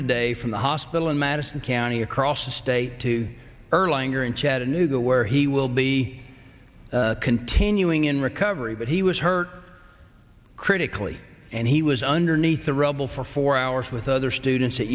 today from the hospital in madison county across the state to erling or in chattanooga where he will be continuing in recovery but he was hurt critically and he was underneath the rubble for four hours with other students at